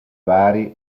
vari